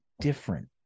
different